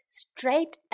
straight